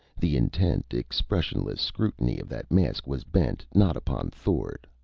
the intent, expressionless scrutiny of that mask was bent, not upon thord,